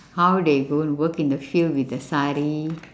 how they go and work in the field with the sari